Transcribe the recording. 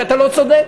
אתה לא צודק,